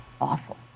awful